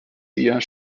eher